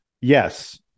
Yes